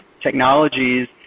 technologies